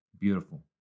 Beautiful